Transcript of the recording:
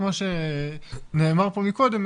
כמו שנאמר פה מקודם,